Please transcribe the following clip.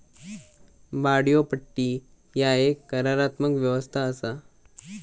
भाड्योपट्टी ह्या एक करारात्मक व्यवस्था असा